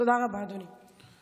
תודה רבה, אדוני.